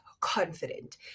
confident